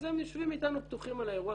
אז הם יושבים איתנו פתוחים על האירוע,